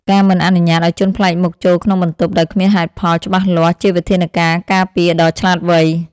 ការមិនអនុញ្ញាតឱ្យជនប្លែកមុខចូលក្នុងបន្ទប់ដោយគ្មានហេតុផលច្បាស់លាស់ជាវិធានការការពារដ៏ឆ្លាតវៃ។